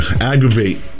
aggravate